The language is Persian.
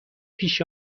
پیش